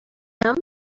him